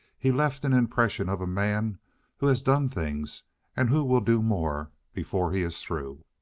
he left an impression of a man who has done things and who will do more before he is through.